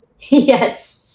Yes